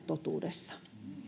totuudessa